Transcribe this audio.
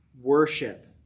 worship